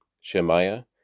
Shemaiah